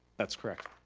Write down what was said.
that's correct.